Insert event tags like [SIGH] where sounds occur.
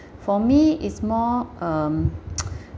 [BREATH] for me it's more um [NOISE]